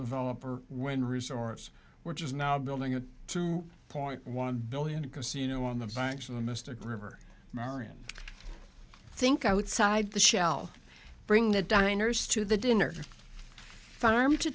developer when resource which is now building a two point one billion a casino on the banks of the mystic river maryland think outside the shell bring the diners to the dinner farm to